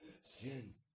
Sin